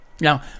Now